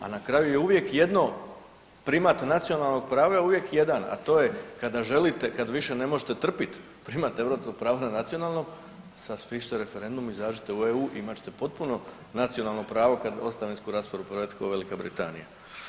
A na kraju je uvijek jedno primat nacionalnog prava je uvijek jedan, a to je kada želite, kada više ne možete trpiti primat europskog prava na nacionalno, raspišite referendum, izađite u Eu imat ćete potpuno nacionalno pravo kad ostavinsku raspravu provedete kao Velika Britanija.